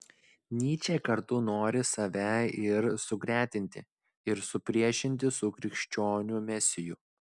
nyčė kartu nori save ir sugretinti ir supriešinti su krikščionių mesiju